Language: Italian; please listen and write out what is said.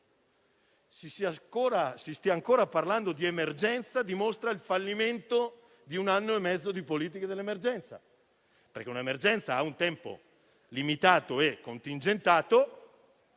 si stia ancora parlando di emergenza dimostra il fallimento di un anno e mezzo di politiche dell'emergenza, perché un'emergenza ha un tempo limitato e contingentato,